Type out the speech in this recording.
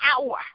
hour